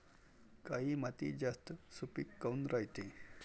काळी माती जास्त सुपीक काऊन रायते?